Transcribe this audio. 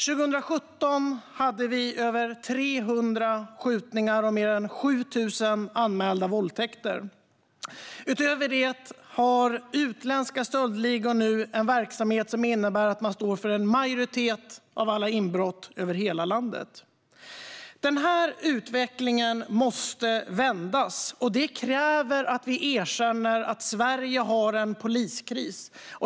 År 2017 hade vi över 300 skjutningar och mer än 7 000 anmälda våldtäkter. Utöver det har utländska stöldligor nu en verksamhet som innebär att de står för en majoritet av alla inbrott över hela landet. Denna utveckling måste vändas, och det kräver att vi erkänner att Sverige har en poliskris.